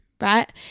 right